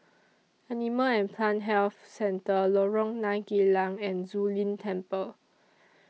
Animal and Plant Health Centre Lorong nine Geylang and Zu Lin Temple